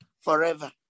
forever